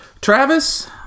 Travis